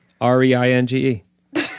R-E-I-N-G-E